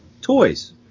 toys